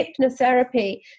hypnotherapy